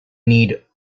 need